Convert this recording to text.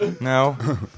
No